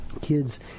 kids